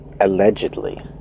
allegedly